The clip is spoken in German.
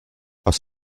aus